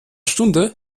stunde